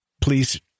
please